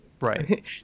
Right